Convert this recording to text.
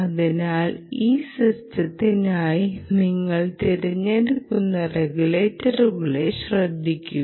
അതിനാൽ ഈ സിസ്റ്റത്തിനായി നിങ്ങൾ തിരഞ്ഞെടുക്കുന്ന റെഗുലേറ്ററുകളെ ശ്രദ്ധിക്കുക